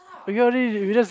because this is just